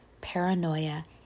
paranoia